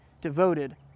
devoted